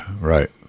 Right